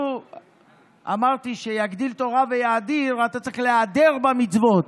אמרתי ש"יגדיל תורה ויאדיר" אתה צריך להדר במצוות,